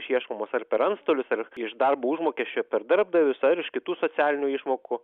išieškomos ar per antstolius ar iš darbo užmokesčio per darbdavius ar iš kitų socialinių išmokų